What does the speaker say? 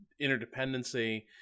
interdependency